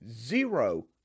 zero